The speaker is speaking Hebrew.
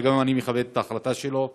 אבל אני גם מכבד את ההחלטה שלו.